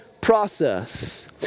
process